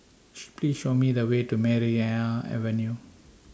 Please Show Me The Way to Maria Avenue